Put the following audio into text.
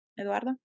Eduardo